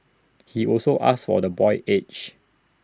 he also asked for the boy's age